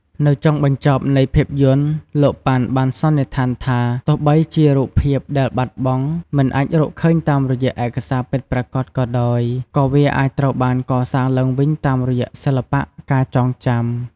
នៅចុងបញ្ចប់នៃភាពយន្ត លោក ប៉ាន់ បានសន្និដ្ឋានថា ទោះបីជា "រូបភាពដែលបាត់បង់" មិនអាចរកឃើញតាមរយៈឯកសារពិតប្រាកដក៏ដោយ ក៏វាអាចត្រូវបាន កសាងឡើងវិញតាមរយៈសិល្បៈ ការចងចាំ ។